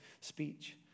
speech